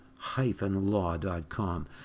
hyphenlaw.com